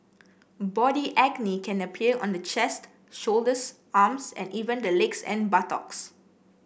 body acne can appear on the chest shoulders arms and even the legs and buttocks